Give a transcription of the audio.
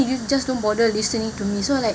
you just don't bother listening to me so like